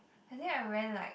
I think I ran like